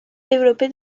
développées